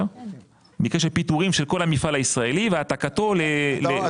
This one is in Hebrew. במקרה של פיטורים של כל המפעל הישראלי והעתקתו למקום אחר.